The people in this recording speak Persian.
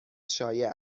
شایع